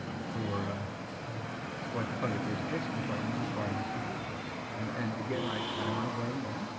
for what the public education department is requiring us to do and again, i don't wanna blame them.